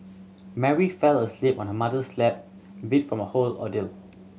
Mary fell asleep on her mother's lap beat from the whole ordeal